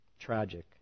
Tragic